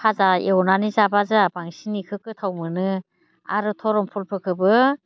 भाजा एवनानै जाबा जोंहा बांसिन बेखौ गोथाव मोनो आरो धरम फुलफोरखौबो